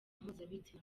mpuzabitsina